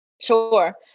Sure